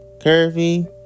Curvy